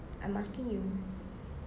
I'm asking you